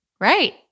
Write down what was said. Right